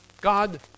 God